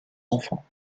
enfants